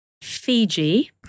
Fiji